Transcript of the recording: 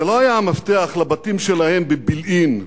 זה לא היה המפתח לבתים שלהם בבילעין,